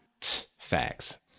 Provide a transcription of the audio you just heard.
Facts